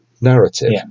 narrative